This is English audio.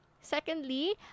secondly